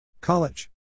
College